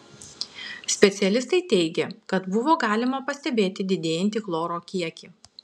specialistai teigė kad buvo galima pastebėti didėjantį chloro kiekį